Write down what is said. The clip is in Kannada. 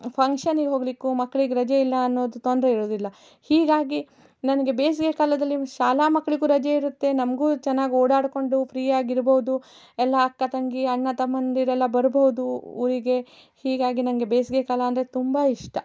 ಫಂಕ್ಷನಿಗೆ ಹೋಗಲಿಕ್ಕೂ ಮಕ್ಳಿಗೆ ರಜೆ ಇಲ್ಲಾ ಅನ್ನೋದು ತೊಂದರೆ ಇರೋದಿಲ್ಲ ಹೀಗಾಗಿ ನನಗೆ ಬೇಸಿಗೆ ಕಾಲದಲ್ಲಿ ಶಾಲಾ ಮಕ್ಳಿಗೂ ರಜೆ ಇರುತ್ತೆ ನಮ್ಗು ಚೆನ್ನಾಗ್ ಓಡಾಡ್ಕೊಂಡು ಫ್ರೀಯಾಗಿ ಇರ್ಬೋದು ಎಲ್ಲಾ ಅಕ್ಕ ತಂಗಿ ಅಣ್ಣ ತಮ್ಮಂದಿರೆಲ್ಲ ಬರಬಹುದು ಊರಿಗೆ ಹೀಗಾಗಿ ನಂಗೆ ಬೇಸಿಗೆ ಕಾಲ ಅಂದರೆ ತುಂಬ ಇಷ್ಟ